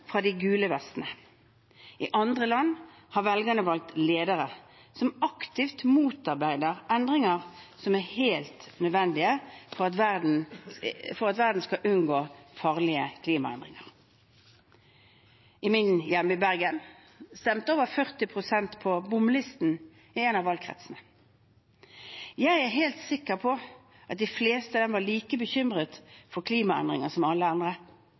fra de gule vestene. I andre land har velgerne valgt ledere som aktivt motarbeider endringer som er helt nødvendige for at verden skal unngå farlige klimaendringer. I min hjemby, Bergen, stemte over 40 pst. på bompengelisten i en av valgkretsene. Jeg er helt sikker på at de fleste av dem var like bekymret for klimaendringer som alle andre,